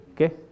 okay